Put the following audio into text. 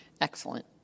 Excellent